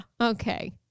Okay